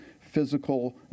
physical